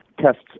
tests